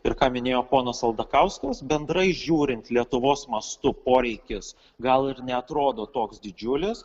ir ką minėjo ponas aldakauskas bendrai žiūrint lietuvos mastu poreikis gal ir neatrodo toks didžiulis